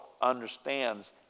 understands